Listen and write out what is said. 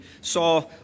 saw